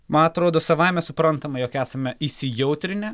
man atrodo savaime suprantama jog esame įsijautrinę